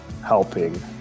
helping